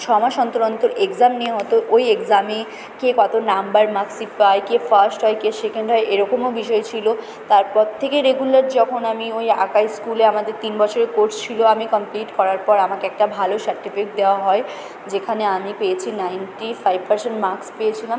ছমাস অন্তর অন্তর এক্সাম নেওয়া হতো ওই এক্সামে কে কত নাম্বার মার্কশিট পায় কে ফার্স্ট হয় কে সেকেন্ড হয় এরকমও বিষয় ছিল তারপর থেকে রেগুলার যখন আমি ওই আঁকার স্কুলে আমাদের তিন বছরের কোর্স ছিল আমি কমপ্লিট করার পর আমাকে একটা ভালো সার্টিফিকেট দেওয়া হয় যেখানে আমি পেয়েছি নাইন্টি ফাইভ পার্সেন্ট মার্কস পেয়েছিলাম